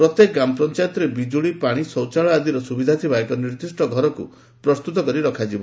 ପ୍ରତ୍ୟେକ ଗ୍ରାମପଞାୟତରେ ବିକୁଳି ପାଶି ଶୌଚାଳୟ ଆଦିର ସୁବିଧା ଥିବା ଏକ ନିର୍ଦିଷ୍ ଘରକୁ ପ୍ରସ୍ତୁତ ରଖାଯିବ